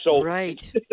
Right